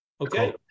Okay